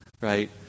right